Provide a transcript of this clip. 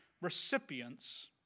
recipients